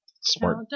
Smart